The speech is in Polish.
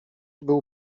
był